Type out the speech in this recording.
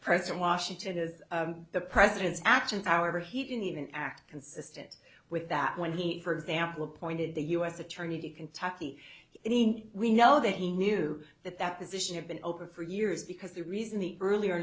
present washington as the president's actions however he didn't even act consistent with that when he for example appointed the u s attorney to kentucky in we know that he knew that that position had been over for years because the reason the earlier